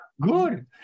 Good